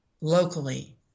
locally